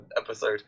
episode